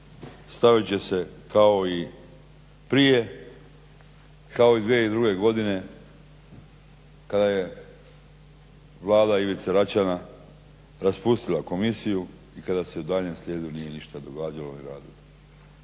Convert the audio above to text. Stavit će se kao i prije kao i 2002.godine kada je vlada Ivice Račana raspustila komisiju i kada se u daljnjem slijedu nije ništa događalo i radilo.